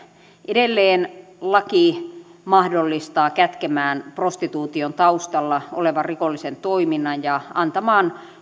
edelleen laki mahdollistaa kätkemään prostituution taustalla olevan rikollisen toiminnan ja antamaan